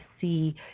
see